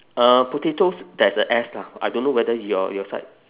uh potatoes there's a S lah I don't know whether your your side